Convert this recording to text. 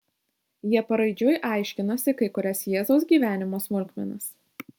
jie paraidžiui aiškinosi kai kurias jėzaus gyvenimo smulkmenas